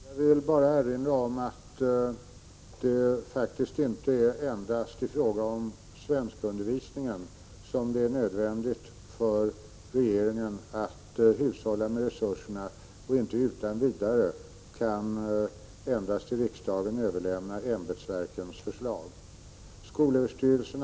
Fru talman! Jag vill bara erinra om att det faktiskt inte är endast i fråga om svenskundervisningen som det är nödvändigt för regeringen att hushålla med resurserna. Det går inte att bara utan vidare överlämna ämbetsverkens förslag till riksdagen.